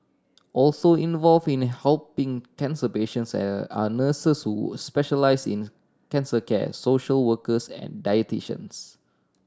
also involve in helping cancer patients are nurses who specialise in cancer care social workers and dietitians